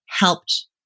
helped